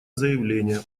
заявления